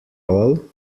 all